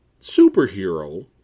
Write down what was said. superhero